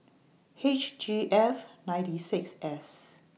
H G F ninety six S